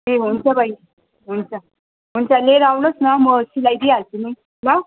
ए हुन्छ बहिनी हुन्छ लिएर आउनु होस् न म सिलाइदिहाल्छु नि ल